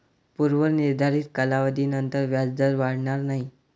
पूर्व निर्धारित कालावधीनंतर व्याजदर वाढणार नाही